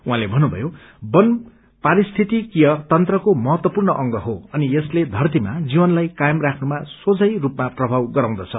उहाँले भन्नुमयो वन पारिस्थितिकीय तन्त्रको महत्वपूर्ण अंग हो अनि यो धरतीमा जीवनलाई कायम राख्नमा सोझै रूपमा प्रभाव गराउँदछ